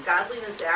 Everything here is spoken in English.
Godliness